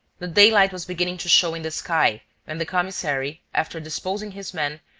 the daylight was beginning to show in the sky when the commissary, after disposing his men,